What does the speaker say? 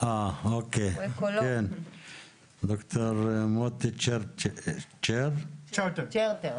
דוקטור מוטי צ'רטר, בבקשה.